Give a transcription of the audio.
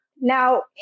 Now